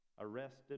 arrested